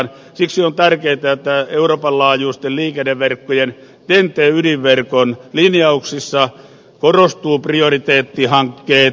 siksi on tärkeätä että euroopan laajuisten liikenneverkkojen ten t ydinverkon linjauksissa korostuvat prioriteettihankkeet